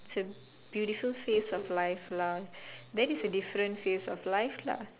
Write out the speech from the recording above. it's a beautiful phase of life lah that is a different phase of life lah